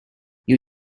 you